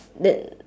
that